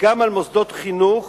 גם על מוסדות חינוך